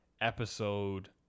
episode